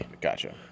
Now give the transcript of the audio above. Gotcha